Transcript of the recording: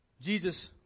Jesus